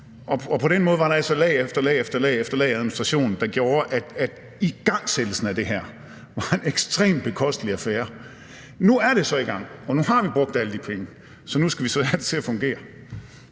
På den måde var der altså lag efter lag af administration, der gjorde, at igangsættelsen af det her var en ekstremt bekostelig affære. Nu er det så i gang, og nu har vi brugt alle de penge, så nu skal vi have det til at fungere.